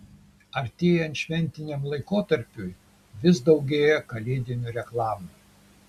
artėjant šventiniam laikotarpiui vis daugėja kalėdinių reklamų